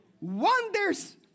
Wonders